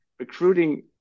Recruiting